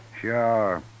Sure